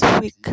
week